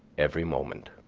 every moment.